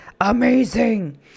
amazing